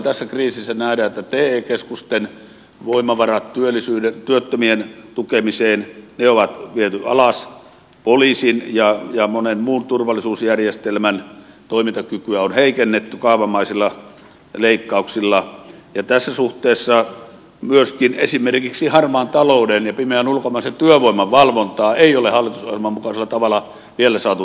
tässä kriisissä nähdään että te keskusten voimavarat työttömien tukemiseen on viety alas poliisin ja monen muun turvallisuusjärjestelmän toimintakykyä on heikennetty kaavamaisilla leikkauksilla ja tässä suhteessa myöskään esimerkiksi harmaan talouden ja pimeän ulkomaisen työvoiman valvontaa ei ole hallitusohjelman mukaisella tavalla vielä saatu tehostettu